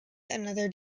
another